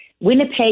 Winnipeg